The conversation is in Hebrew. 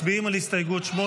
מצביעים על הסתייגות 8,